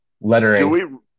lettering